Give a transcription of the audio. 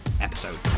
episode